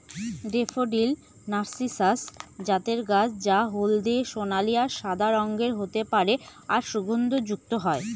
daffodil narcissus জাতের গাছ যা হলদে সোনালী আর সাদা রঙের হতে পারে আর সুগন্ধযুক্ত হয়